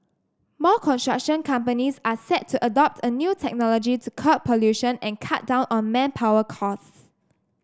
more construction companies are set to adopt a new technology to curb pollution and cut down on manpower costs